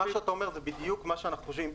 מה שאתה אומר, זה בדיוק מה שאנחנו חושבים.